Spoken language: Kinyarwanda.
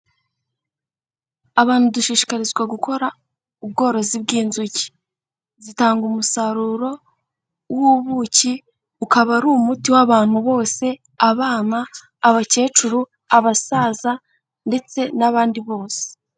Abantu dushishikarizwa gukora ubworozi bw'inzuki, zitanga umusaruro w'ubuki, ukaba ari umuti w'abantu bose, abana, abakecuru, abasaza ndetse n'abandi bose.